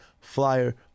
flyer